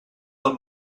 del